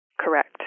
Correct